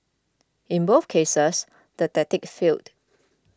in both cases the tactic failed